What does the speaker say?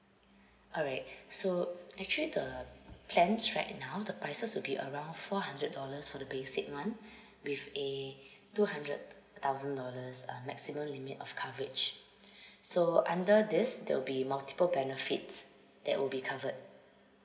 alright so actually the plans right now the prices will be around four hundred dollars for the basic one with a two hundred thousand dollars uh maximum limit of coverage so under this there'll be multiple benefits that will be covered